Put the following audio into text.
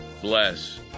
bless